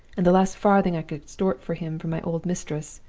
and the last farthing i could extort for him from my old mistress,